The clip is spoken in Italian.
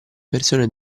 persone